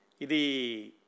Idi